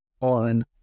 on